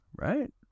right